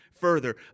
further